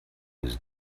his